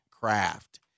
craft